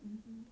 mmhmm